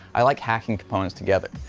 i like hacking components together.